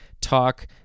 talk